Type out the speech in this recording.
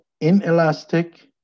inelastic